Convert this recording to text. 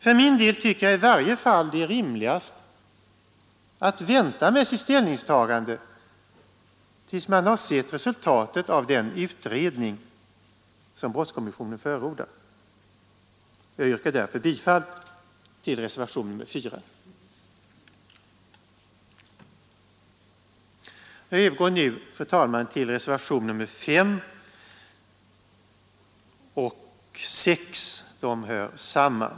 För min del tycker jag i varje fall det är rimligast att vänta med ett ställningstagande tills man har sett resultatet av den utredning Jag övergår nu, fru talman, till reservationerna 5 och 6 vilka i viss mån hör samman.